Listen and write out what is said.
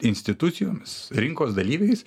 institucijomis rinkos dalyviais